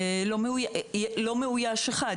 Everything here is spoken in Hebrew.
לא מאויש אחד.